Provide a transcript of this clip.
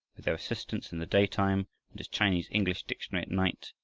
their assistance in the daytime and his chinese-english dictionary at night,